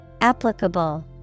Applicable